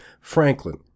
Franklin